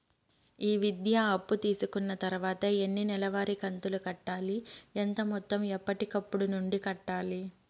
ఈ విద్యా అప్పు తీసుకున్న తర్వాత ఎన్ని నెలవారి కంతులు కట్టాలి? ఎంత మొత్తం ఎప్పటికప్పుడు నుండి కట్టాలి?